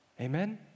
Amen